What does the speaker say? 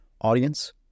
audience